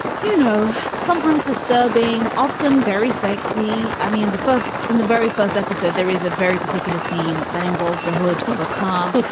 you know, sometimes disturbing, often very sexy. i mean, the first in the very first episode, there is a very particular scene that involves the hood of a car.